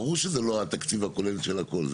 ברור שזה לא התקציב הכולל של הכל.